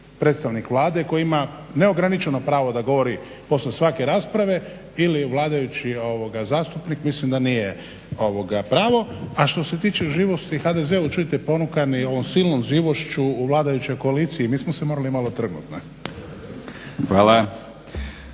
predstavnik Vlade koji ima neograničeno pravo da govori poslije svake rasprave ili vladajući zastupnik mislim da nije pravo. A što se tiče živosti u HDZ-u čujete ponukani ovom silnom živošću u vladajućoj koaliciji mi smo se morali malo trgnuti.